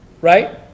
right